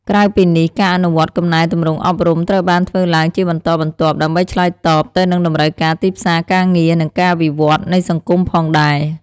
ក្រៅពីនេះ ការអនុវត្តកំណែទម្រង់អប់រំ ត្រូវបានធ្វើឡើងជាបន្តបន្ទាប់ដើម្បីឆ្លើយតបទៅនឹងតម្រូវការទីផ្សារការងារ និងការវិវត្តន៍នៃសង្គមផងដែរ។